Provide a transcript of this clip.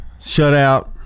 shutout